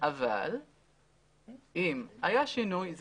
אבל אם היה שינוי,